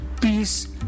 peace